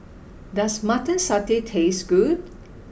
does Mutton Satay taste good